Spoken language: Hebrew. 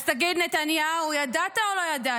אז תגיד, נתניהו, ידעת או לא ידעת?